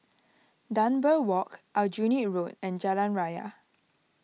Dunbar Walk Aljunied Road and Jalan Raya